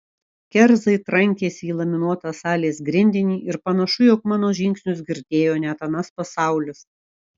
kerzai trankėsi į laminuotą salės grindinį ir panašu jog mano žingsnius girdėjo net anas pasaulis